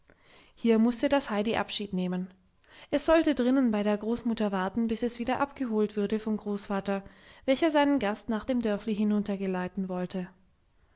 hier mußte das heidi abschied nehmen es sollte drinnen bei der großmutter warten bis es wieder abgeholt würde vom großvater welcher seinen gast nach dem dörfli hinunter geleiten wollte